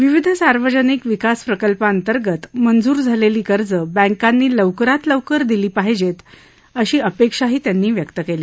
विविध सार्वजनिक विकास प्रकल्पांअंतर्गत मंजुर झालेली कर्ज बँकांनी लवकरात लवकर दिली पाहिजेत अशी अपेक्षाही त्यांनी व्यक्त केली